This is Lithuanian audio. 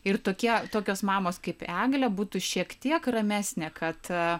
ir tokie tokios mamos kaip eglė būtų šiek tiek ramesnė kad